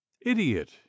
idiot